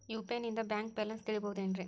UPI ನಿಂದ bank balance ತಿಳಿಬಹುದೇನ್ರಿ?